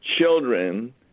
children